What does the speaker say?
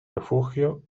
refugio